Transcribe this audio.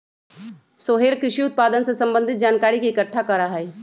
सोहेल कृषि उत्पादन से संबंधित जानकारी के इकट्ठा करा हई